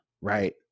right